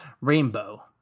Rainbow